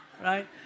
right